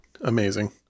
Amazing